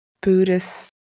Buddhist